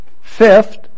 Fifth